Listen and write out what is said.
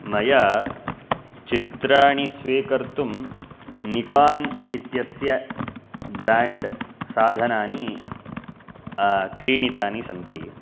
मया चित्राणि स्वीकर्तुं निकान् इत्यस्य ब्रान्ड् साधनानि क्रीणितानि सन्ति